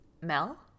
mel